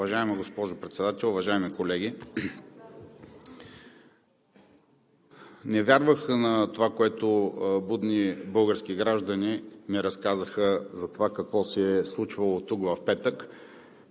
Уважаема госпожо Председател, уважаеми колеги! Не вярвах на това, което будни български граждани ми разказаха какво се е случвало тук в петък,